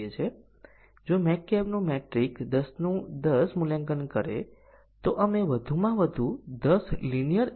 તેથી પ્રથમ એ સાચું અને ખોટું મૂલ્ય લેવું આવશ્યક છે a 10 અને પછી a 10